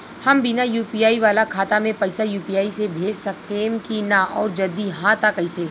हम बिना यू.पी.आई वाला खाता मे पैसा यू.पी.आई से भेज सकेम की ना और जदि हाँ त कईसे?